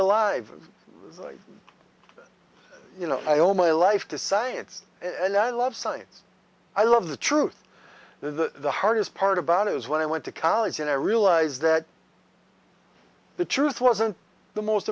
alive you know i owe my life to science and i love science i love the truth the hardest part about it is when i went to college and i realized that the truth wasn't the most